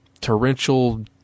torrential